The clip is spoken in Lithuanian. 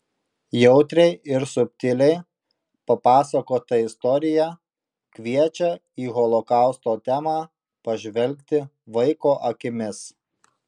jautriai ir subtiliai papasakota istorija kviečia į holokausto temą pažvelgti vaiko akimis